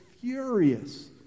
furious